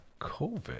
COVID